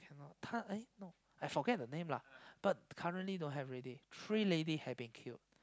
cannot ta~ eh no I forget the name lah but currently don't have already three lady have been killed